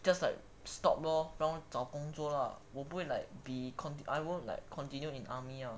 just like stop lor 然后找工作 lah 我不会 like be I won't like continue in army lor